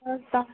আচ্ছা